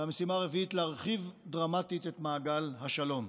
המשימה הרביעית היא להרחיב דרמטית את מעגל השלום.